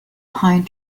pine